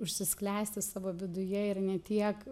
užsisklęsti savo viduje ir ne tiek